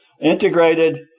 integrated